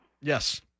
Yes